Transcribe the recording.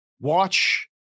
Watch